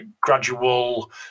gradual